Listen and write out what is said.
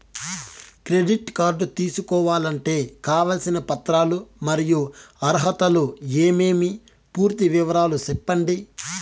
Credit card తీసుకోవాలంటే కావాల్సిన పత్రాలు మరియు అర్హతలు ఏమేమి పూర్తి వివరాలు సెప్పండి?